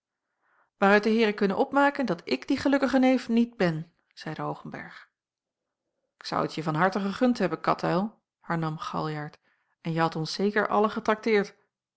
waaruit de heeren kunnen opmaken dat ik die gelukkige neef niet ben zeide hoogenberg ik zou t je van harte gegund hebben katuil hernam galjart en je hadt ons zeker allen getrakteerd